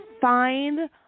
find